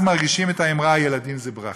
אז מרגישים את האמרה "ילדים זה ברכה".